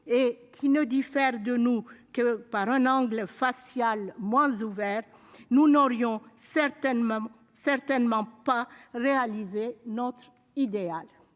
et ne diffèrent de nous que par un angle facial moins ouvert, nous n'aurions certainement pas réalisé notre idéal.